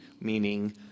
meaning